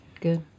good